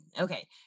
okay